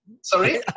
Sorry